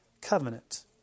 covenant